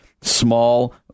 small